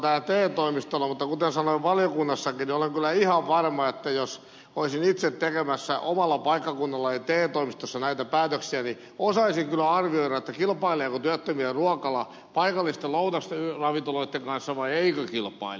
mutta kuten sanoin valiokunnassakin olen kyllä ihan varma että jos olisin itse tekemässä omalla paikkakunnallani te toimistossa näitä päätöksiä osaisin kyllä arvioida kilpaileeko työttömien ruokala paikallisten lounasravintoloitten kanssa vai eikö kilpaile